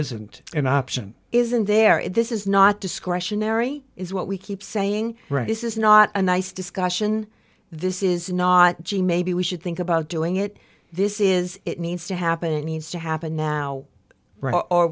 isn't an option isn't there if this is not discretionary is what we keep saying this is not a nice discussion this is not gee maybe we should think about doing it this is it needs to happen needs to happen now